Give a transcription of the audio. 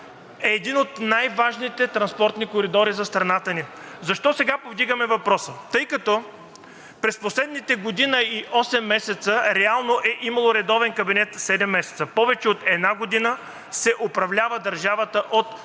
е един от най-важните транспортни коридори за страната ни. Защо сега повдигаме въпроса? Тъй като през последните година и осем месеца реално е имало редовен кабинет седем месеца, повече от една година се управлява държавата от